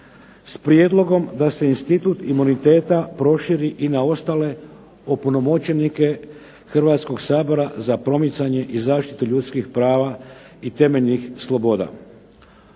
s prijedlogom da se institut imuniteta proširi i na ostale opunomoćenike Hrvatskog sabora za promicanje i zaštitu ljudskih prava i temeljnih sloboda.